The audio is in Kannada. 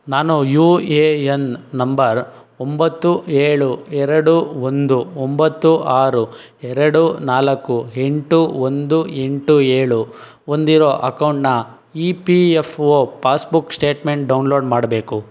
ನಾನು ಯು ಎ ಎನ್ ನಂಬರ್ ಒಂಬತ್ತು ಏಳು ಎರಡು ಒಂದು ಒಂಬತ್ತು ಆರು ಎರಡು ನಾಲ್ಕು ಎಂಟು ಒಂದು ಎಂಟು ಏಳು ಹೊಂದಿರೊ ಅಕೌಂಟ್ನ E P F O passbook statement download ಮಾಡಬೇಕು